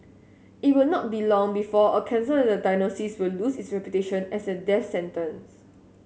it will not be long before a cancer diagnosis will lose its reputation as a death sentence